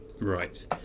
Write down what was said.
Right